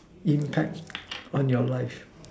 impact on your life